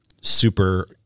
super